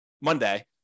monday